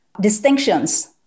distinctions